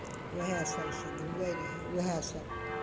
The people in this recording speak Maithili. उएह सभसँ धुअइत रहय उएहसभ